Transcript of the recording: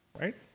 right